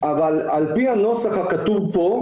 על פי הנוסח הכתוב כאן,